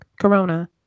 Corona